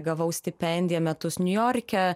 gavau stipendiją metus niujorke